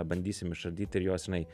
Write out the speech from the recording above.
bandysim išardyti ir jos žinai